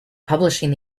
publishing